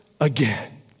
again